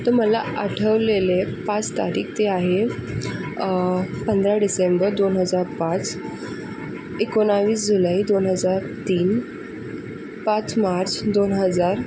तुम्हाला आठवलेले पाच तारीख ते आहे पंधरा डिसेंबर दोन हजार पाच एकोणवीस जुलै दोन हजार तीन पाच मार्च दोन हजार